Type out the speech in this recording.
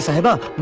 him up?